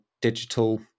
digital